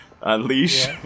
unleash